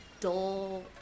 dull